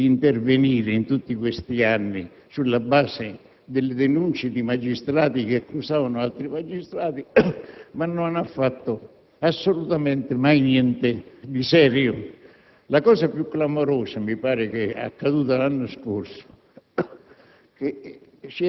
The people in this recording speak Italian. ha finto di intervenire in tutti questi anni, sulla base delle denunce di magistrati che accusavano altri magistrati, ma non ha fatto assolutamente mai niente di serio. La cosa più clamorosa mi pare sia accaduta l'anno scorso;